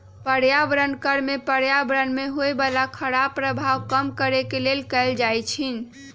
पर्यावरण कर में पर्यावरण में होय बला खराप प्रभाव के कम करए के लेल लगाएल जाइ छइ